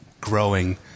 growing